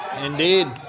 Indeed